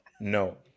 No